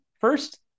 first